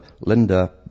Linda